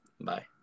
Bye